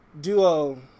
duo